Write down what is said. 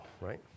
right